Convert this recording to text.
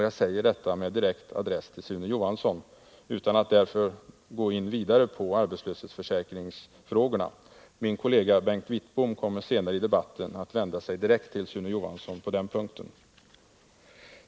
Jag säger detta med direkt adress till Sune Johansson utan att därför gå in vidare på arbetslöshetsförsäkringsfrågorna. Min kollega Bengt Wittbom kommer senare i debatten att vända sig direkt till Sune Johansson på den punkten.